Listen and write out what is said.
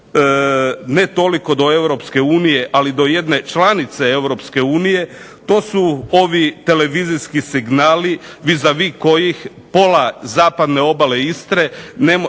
ne toliko do Europske unije, ali do jedne članice Europske unije to su ovi televizijski signali vis a vis kojih pola zapadne obale Istre, ali